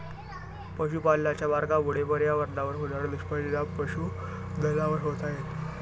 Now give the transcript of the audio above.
पशुपालनाच्या मार्गामुळे पर्यावरणावर होणारे दुष्परिणाम पशुधनावर होत आहेत